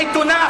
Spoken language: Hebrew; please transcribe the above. מטונף.